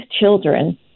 children